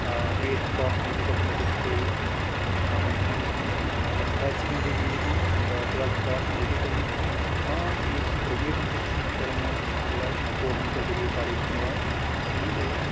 eight تھہٕ pass چھُ مےٚ ییٚتی کوٚرمُت مِڈٕل سکوٗل پَنٕنِس گامَس منٛز اَسہِ چھُ ہیر سیکنٛڈری تہِ ییٚتی ٹویٚلتھہٕ پاس چھُ مےٚ ییٚتی کوٚرمُت ہاں یُس گریجویشن چھِ سۄ چھِ مےٚ کٔرمٕژ Handwara government degree college Handwara B A